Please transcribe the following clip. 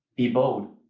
be bold.